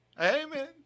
Amen